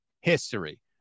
history